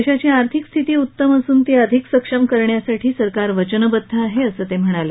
देशाची आर्थिक स्थिती उत्तम असून ती अधिक सक्षम करण्यासाठी सरकार वचनबद्ध आहे असं ते म्हणाले